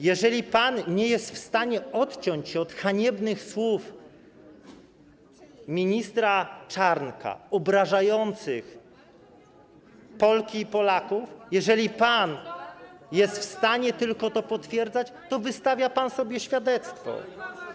Jeżeli pan nie jest w stanie odciąć się od haniebnych słów ministra Czarnka obrażających Polki i Polaków, jeżeli pan jest w stanie tylko to potwierdzać, to wystawia pan sobie świadectwo.